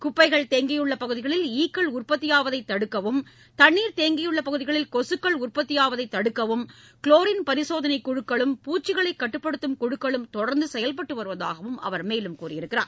குப்பைகள் தேங்கியுள்ள பகுதிகளில் ஈக்கள் உற்பத்தியாவதைத் தடுக்கவும் தன்னீர் தேங்கியுள்ள பகுதிகளில் கொசுக்கள் உற்பத்தியாவதைத் தடுக்கவும் க்ளோரின் பரிசோதனை குழுக்களும் பூச்சிகளைக் கட்டுப்படுத்தும் குழுக்களும் தொடர்ந்து செயல்பட்டு வருவதாகவும் அவர் மேலும் கூறியுள்ளார்